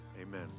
Amen